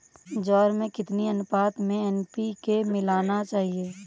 ज्वार में कितनी अनुपात में एन.पी.के मिलाना चाहिए?